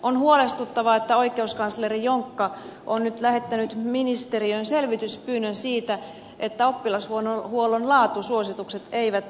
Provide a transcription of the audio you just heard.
on huolestuttavaa että oikeuskansleri jonkka on nyt lähettänyt ministeriöön selvityspyynnön siitä että oppilashuollon laatusuositukset eivät toteudu